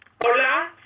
Hola